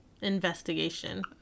investigation